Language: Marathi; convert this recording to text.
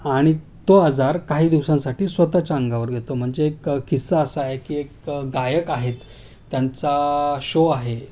आणि तो आजार काही दिवसांसाठी स्वतःच्या अंगावर घेतो म्हणजे एक किस्सा असा आहे की एक गायक आहेत त्यांचा शो आहे